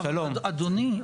אדוני,